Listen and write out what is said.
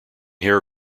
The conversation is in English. hair